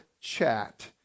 chat